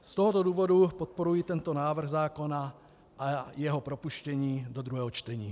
Z tohoto důvodu podporuji tento návrh zákona a jeho propuštění do druhého čtení.